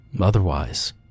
Otherwise